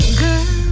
girl